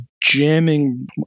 jamming